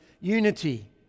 unity